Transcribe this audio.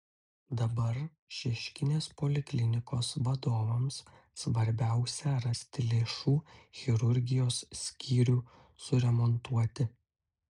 dabar šeškinės poliklinikos vadovams svarbiausia rasti lėšų chirurgijos skyrių suremontuoti